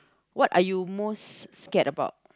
what are you most scared about